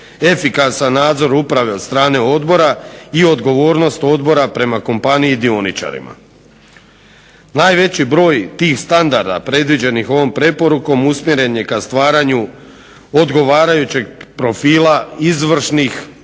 efikasan nadzor uprave od strane odbora i odgovornost odbora prema kompaniji i dioničarima. Najveći broj tih standarda predviđenih ovom preporukom usmjeren je ka stvaranju odgovarajućeg profila izvršnih